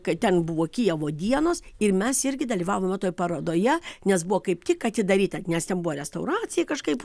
kad ten buvo kijevo dienos ir mes irgi dalyvavome toje parodoje nes buvo kaip tik atidaryta nes ten buvo restauracija kažkaip